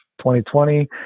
2020